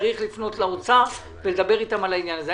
צריך לפנות לאוצר ולדבר אתם על העניין הזה.